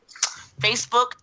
Facebook